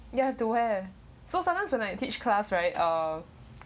you have to wear so sometimes when I teach class right uh